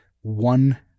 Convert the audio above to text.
one